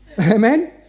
Amen